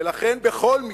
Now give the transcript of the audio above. ולכן, בכל מקרה,